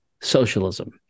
socialism